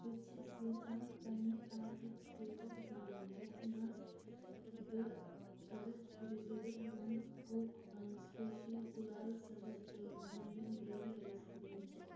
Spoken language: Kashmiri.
بہٕ چھس یژھان پننہِ آرڈرُک سٹیٹس زانُن یتھ مَنٛز دَ أرتھ رِزٔرٕو رۄنٛگ کوک سپیٚشل گُلال سبٕز تہٕ لنڈن ڈیری آیس کرٛیٖم چھ